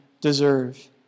deserve